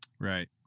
Right